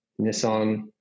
Nissan